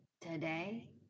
today